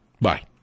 bye